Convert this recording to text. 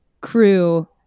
crew